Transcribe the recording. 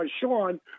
Sean